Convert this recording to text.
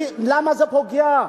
למה זה פוגע?